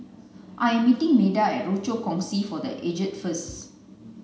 I am meeting Meda at Rochor Kongsi for the Aged first